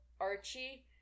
Archie